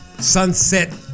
Sunset